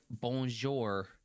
bonjour